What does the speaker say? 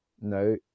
no